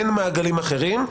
אין מעגלים אחרים.